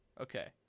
Okay